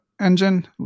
engine